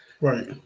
right